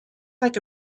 like